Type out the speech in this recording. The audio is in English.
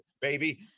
baby